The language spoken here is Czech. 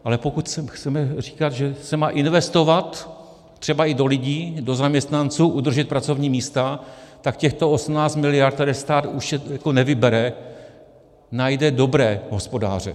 Ale pokud chceme říkat, že se má investovat třeba i do lidí, do zaměstnanců, udržet pracovní místa, tak těchto 18 mld., které stát nevybere, najde dobré hospodáře.